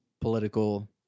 political